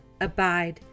Abide